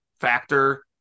factor